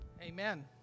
Amen